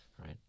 right